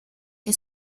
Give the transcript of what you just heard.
que